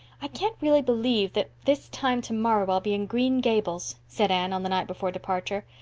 i can't really believe that this time tomorrow i'll be in green gables, said anne on the night before departure.